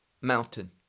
mountain